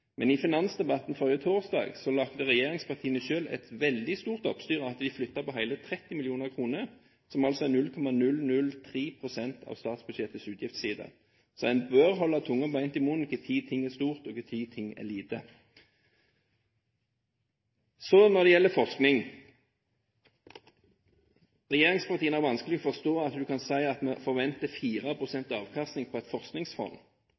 Men i finansdebatten laget regjeringspartiene selv et veldig stort oppstyr av at de flyttet på hele 30 mill. kr, som altså er 0,003 pst. av statsbudsjettets utgiftsside. En bør holde tungen rett i munnen om når ting er store og når ting er små. Når det gjelder forskning: Regjeringspartiene har vanskelig for å forstå at en kan si at en forventer 4 pst. avkastning på et forskningsfond,